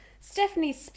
Stephanie